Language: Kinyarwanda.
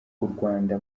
rwanda